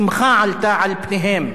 שמחה עלתה על פניהם.